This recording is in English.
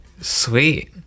Sweet